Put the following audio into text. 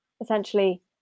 essentially